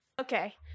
Okay